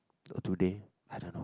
today I don't know